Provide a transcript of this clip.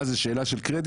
מה, זו שאלה של קרדיט?